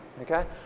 okay